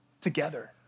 together